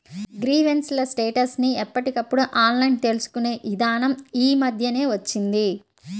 grievance ల status ని ఎప్పటికప్పుడు ఆన్లైన్ తెలుసుకునే ఇదానం యీ మద్దెనే వచ్చింది